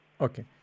okay